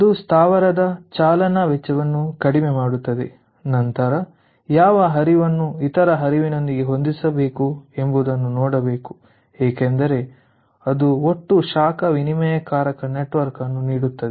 ಅದು ಸ್ಥಾವರದ ಚಾಲನಾ ವೆಚ್ಚವನ್ನು ಕಡಿಮೆ ಮಾಡುತ್ತದೆ ನಂತರ ಯಾವ ಹರಿವನ್ನು ಇತರ ಹರಿವುನೊಂದಿಗೆ ಹೊಂದಿಸಬೇಕು ಎಂಬುದನ್ನು ನೋಡಬೇಕು ಏಕೆಂದರೆ ಅದು ಒಟ್ಟು ಶಾಖ ವಿನಿಮಯಕಾರಕ ನೆಟ್ವರ್ಕ್ ಅನ್ನು ನೀಡುತ್ತದೆ